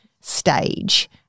stage